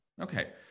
Okay